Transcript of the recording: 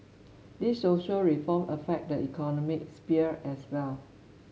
these social reform affect the economic sphere as well